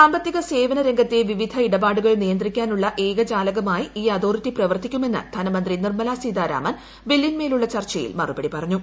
സാമ്പത്തിക സേവന രംഗത്തെ വിവിധ ഇടപാടുകൾ നിയന്ത്രിക്കാനുള്ള ഏകജാലകമായി ഈ അതോറിറ്റി പ്രവർത്തിക്കുമെന്ന് ധനമന്ത്രി നിർമ്മല സീതാരാമൻ ബില്ലിന്മേലുള്ള ചർച്ചയിൽ മറുപടി പറഞ്ഞു